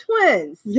twins